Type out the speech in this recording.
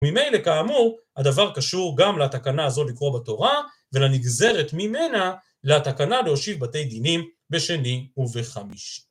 וממילא כאמור הדבר קשור גם לתקנה הזו לקרוא בתורה ולנגזרת ממנה לתקנה להושיב בתי דינים בשני ובחמישי.